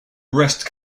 breast